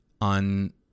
on